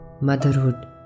motherhood